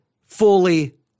fully